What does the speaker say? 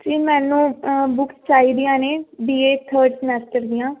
ਜੀ ਮੈਨੂੰ ਬੁੱਕਸ ਚਾਹੀਦੀਆਂ ਨੇ ਬੀ ਏ ਥਰਡ ਸਮੈਸਟਰ ਦੀਆਂ